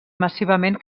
massivament